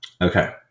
Okay